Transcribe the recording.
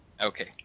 Okay